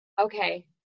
Okay